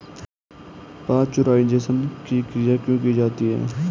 Pasteurisation की क्रिया क्यों की जाती है?